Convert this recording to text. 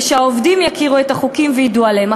ושהעובדים יכירו את החוקים וידעו עליהם,